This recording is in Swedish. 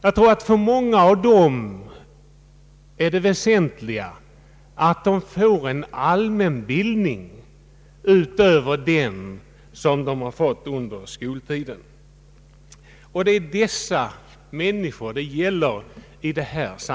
För många av dem tror jag det väsentliga är att få en allmänbildning utöver den de har fått under den tidigare skoltiden.